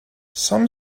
some